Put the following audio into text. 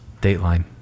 Dateline